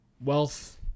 wealth